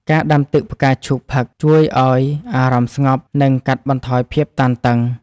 ការដាំទឹកផ្កាឈូកផឹក ជួយឱ្យអារម្មណ៍ស្ងប់ និងកាត់បន្ថយភាពតានតឹង។